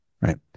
right